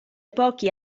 pochi